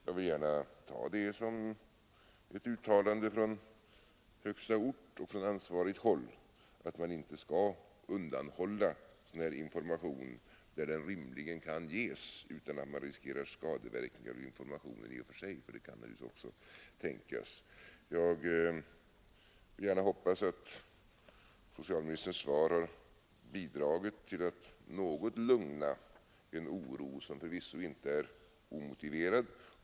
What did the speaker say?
Jag vill gärna ta det som ett uttalande från högsta ansvarigt håll om att man inte skall undanhålla sådan information där den rimligen kan ges utan att skadeverkningar riskeras på grund av informationen i och för sig, vilket naturligtvis kan tänkas. Jag hoppas att socialministerns svar skall bidra till att något lugna en oro som förvisso inte är omotiverad.